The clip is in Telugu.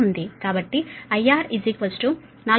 కాబట్టి IR 477